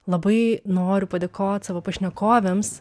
labai noriu padėkot savo pašnekovėms